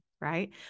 right